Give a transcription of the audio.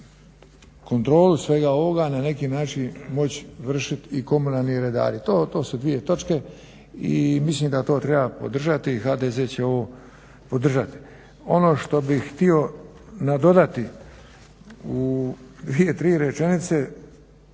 kontrolu svega ovoga na neki način moći vršiti i komunalni redari. To su dvije točke i mislim da to treba podržati i HDZ će ovo podržati. Ono što bih htio nadodati u dvije, tri rečenice